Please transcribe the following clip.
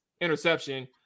interception